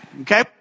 Okay